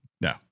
no